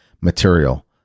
material